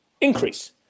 increase